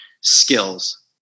skills